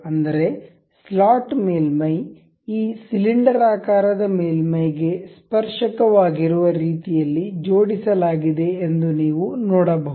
ಅಂದರೆ ಸ್ಲಾಟ್ ಮೇಲ್ಮೈ ಈ ಸಿಲಿಂಡರಾಕಾರದ ಮೇಲ್ಮೈಗೆ ಸ್ಪರ್ಶಕವಾಗಿರುವ ರೀತಿಯಲ್ಲಿ ಜೋಡಿಸಲಾಗಿದೆ ಎಂದು ನೀವು ನೋಡಬಹುದು